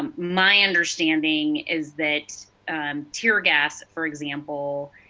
um my understanding is that teargas for example,